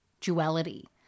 duality